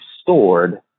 stored